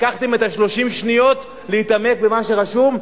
לקחתם את 30 השניות, להתעמק במה שרשום?